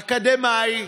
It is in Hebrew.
אקדמאי,